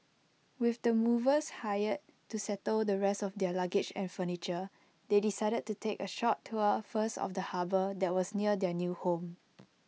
with the movers hired to settle the rest of their luggage and furniture they decided to take A short tour first of the harbour that was near their new home